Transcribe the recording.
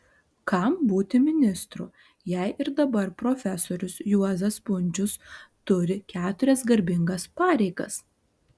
kam būti ministru jei ir dabar profesorius juozas pundzius turi keturias garbingas pareigas